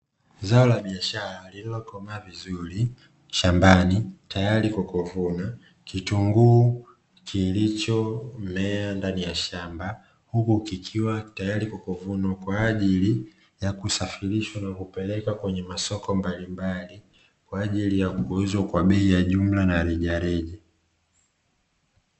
Zao la biashara lililokomaa vizuri shambani tayari kwa kuvuna. Kitunguu kilichomea ndani ya shamba huko kikiwa tayari kwa kuvunwa kwa ajili ya kusafirishwa na kupeleka kwenye masoko mbalimbali kwa ajili ya kuuzwa kwa bei ya jumla na rejareja.